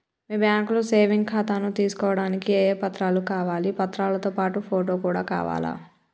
మీ బ్యాంకులో సేవింగ్ ఖాతాను తీసుకోవడానికి ఏ ఏ పత్రాలు కావాలి పత్రాలతో పాటు ఫోటో కూడా కావాలా?